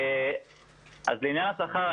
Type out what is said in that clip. אז לעניין השכר,